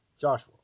Joshua